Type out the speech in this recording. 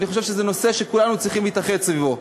אני חושב שזה נושא שכולנו צריכים להתאחד סביבו.